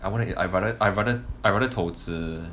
I wonder if I'd rather I'd rather I'd rather 投资